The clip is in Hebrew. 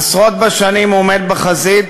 עשרות בשנים הוא עומד בחזית